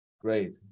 Great